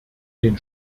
den